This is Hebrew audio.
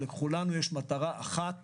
לכולנו יש מטרה אחת